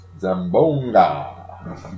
Zambonga